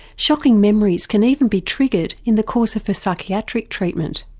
shocking memories can even be triggered in the course of her psychiatric treatment.